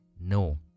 no